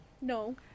No